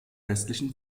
westlichen